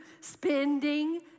spending